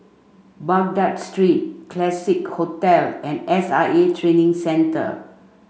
Baghdad Street Classique Hotel and S I A Training Centre